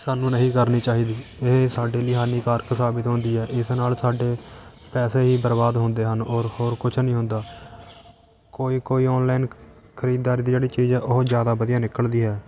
ਸਾਨੂੰ ਨਹੀਂ ਕਰਨੀ ਚਾਹੀਦੀ ਇਹ ਸਾਡੇ ਲਈ ਹਾਨੀਕਾਰਕ ਸਾਬਤ ਹੁੰਦੀ ਹੈ ਇਸ ਨਾਲ਼ ਸਾਡੇ ਪੈਸੇ ਹੀ ਬਰਬਾਦ ਹੁੰਦੇ ਹਨ ਹੋਰ ਹੋਰ ਕੁਝ ਨਹੀਂ ਹੁੰਦਾ ਕੋਈ ਕੋਈ ਔਨਲਾਈਨ ਖ ਖਰੀਦਦਾਰੀ ਦੀ ਜਿਹੜੀ ਚੀਜ਼ ਹੈ ਉਹ ਜ਼ਿਆਦਾ ਵਧੀਆ ਨਿਕਲਦੀ ਹੈ